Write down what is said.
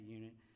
unit